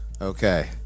Okay